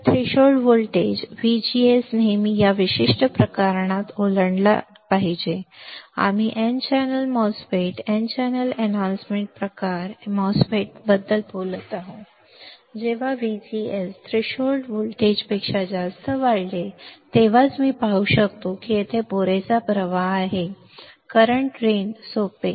तर threshold voltage VGS नेहमी या विशिष्ट प्रकरणात ओलांडला पाहिजे आम्ही N channel MOSFET N channel वर्धन प्रकार एमओएसएफईटी बद्दल बोलत आहोत जेव्हा VGS थ्रेशोल्ड व्होल्टेजपेक्षा जास्त वाढवले जाते तेव्हाच मी पाहू शकतो की तेथे पुरेसा प्रवाह आहे करंट ड्रेन सोपे